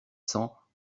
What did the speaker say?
cents